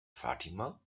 fatima